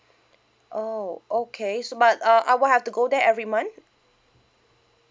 oh okay so but uh I will have to go there every month